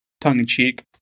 tongue-in-cheek